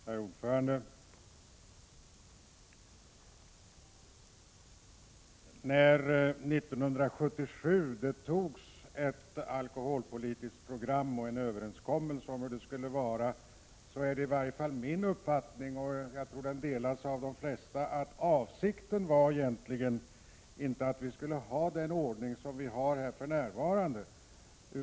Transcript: Herr talman! När det 1977 antogs ett alkoholpolitiskt program och en överenskommelse gjordes om formerna var avsikten egentligen inte, i varje fall enligt min uppfattning, som jag tror delas av de flesta, att vi skulle ha den ordning som råder för närvarande.